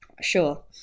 Sure